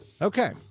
Okay